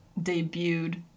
debuted